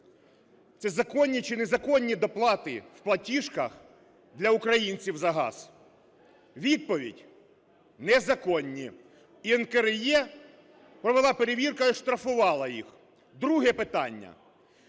це законні чи незаконні доплати в платіжках для українців за газ? Відповідь: незаконні. І НКРЕ провела перевірку і оштрафувала їх. Друге питання: